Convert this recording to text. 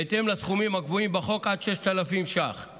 בהתאם לסכומים הקבועים בחוק, עד 6,000 שקל